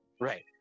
Right